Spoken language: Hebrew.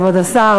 כבוד השר,